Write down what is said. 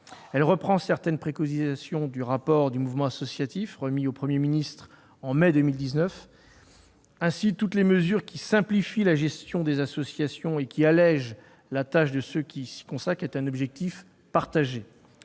Elle reprend certaines préconisations du rapport du Mouvement associatif, remis au Premier ministre en mai 2019. Ainsi, toutes les mesures qui simplifient la gestion des associations et allègent la tâche de ceux qui s'y consacrent sont un objectif partagé.